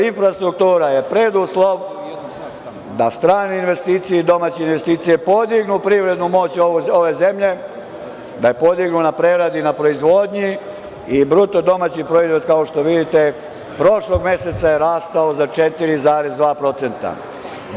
Infrastruktura je preduslov da strane investicije i domaće investicije podignu privrednu moć ove zemlje, da je podignu na preradi, na proizvodnji i bruto domaći proizvod, kao što vidite, prošlog meseca je rastao za 4,2%